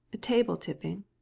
Table-tipping